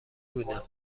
بودم